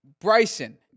Bryson